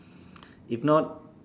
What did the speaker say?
if not